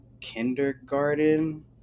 kindergarten